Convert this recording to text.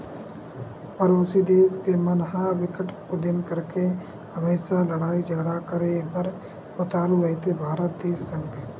परोसी देस के मन ह बिकट उदिम करके हमेसा लड़ई झगरा करे बर उतारू रहिथे भारत देस संग